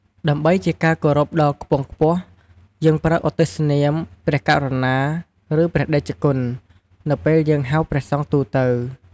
ដើម្បីជាការគោរពដ៏ខ្ពង់ខ្ពស់ យើងប្រើឧទ្ទិសនាម "ព្រះករុណា" ឬ "ព្រះតេជគុណ" នៅពេលយើងហៅព្រះសង្ឃទូទៅ។